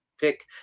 pick